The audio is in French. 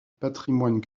patrimoine